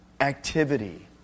activity